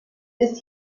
ist